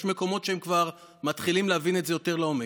יש מקומות שהם כבר מתחילים להבין את זה יותר לעומק.